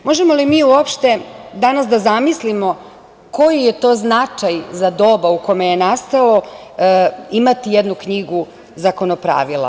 Možemo li mi uopšte danas da zamislimo koji je to značaj za doba u kome je nastalo, imati jednu knjigu Zakonopravila.